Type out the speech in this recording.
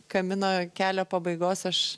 kamino kelio pabaigos aš